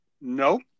nope